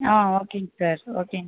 ஆ ஓகேங்க சார் ஓகேங்க